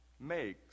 makes